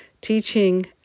teaching